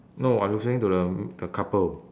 no I referring to the m~ the couple